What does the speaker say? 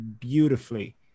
beautifully